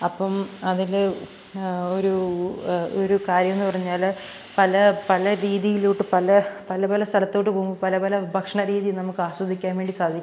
അപ്പം അതിൽ ഒരു ഒരു കാര്യമെന്ന് പറഞ്ഞാൽ പല പല രീതിയിലോട്ട് പല പല പല സ്ഥലത്തേക്ക് പോകുമ്പോൾ പല പല ഭക്ഷണ രീതി നമുക്ക് ആസ്വദിക്കാൻ വേണ്ടി സാധിക്കും